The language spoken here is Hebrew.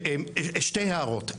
שתי הערות.